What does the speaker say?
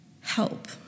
Help